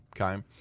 Okay